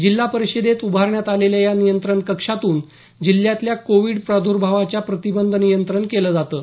जिल्हा परिषदेत उभारण्यात आलेल्या या नियंत्रण कक्षातून जिल्ह्यातल्या कोविड प्रादुर्भावाच्या प्रतिबंध नियंत्रण केलं जातं